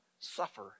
suffer